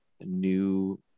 new